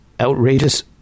outrageous